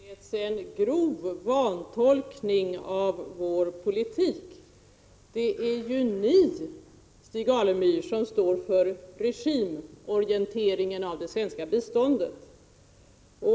Fru talman! Stig Alemyr tillät sig en grov vantolkning av vår politik. Det är juni, Stig Alemyr, som står för regimorienteringen av det svenska biståndet.